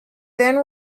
then